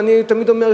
ואני תמיד אומר,